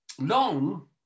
long